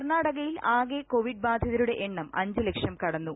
കർണാടകയിൽ ആകെ കോവിഡ് ബാധിതരുടെ എണ്ണം അഞ്ച് ലക്ഷം കടന്നു